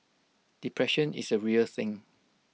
depression is A real thing